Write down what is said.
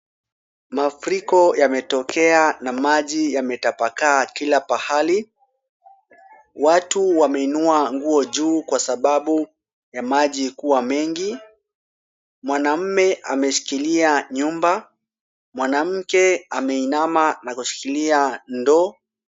Mafuriko yametokea na maji yametapakaa kila pahali. Watu wameinua nguo juu kwasababu ya maji kuwa mengi. Mwanamme ameshikilia nyumba. Mwanamke ameinama na kushikilia ndoo.